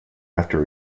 after